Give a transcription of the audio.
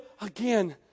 again